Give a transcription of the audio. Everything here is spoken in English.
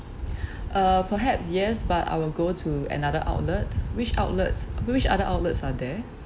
uh perhaps yes but I will go to another outlet which outlets which other outlets are there